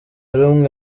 rumwe